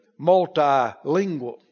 multilingual